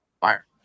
fire